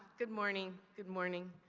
good morning. good morning.